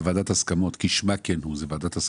ועדת הסכמות כשמה כן היא: היא ועדת הסכמות,